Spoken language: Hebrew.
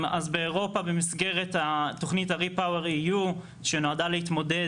באירופה במסגרת התוכנית ה-repower eu שנועדה להתמודד